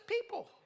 people